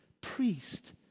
priest